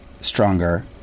stronger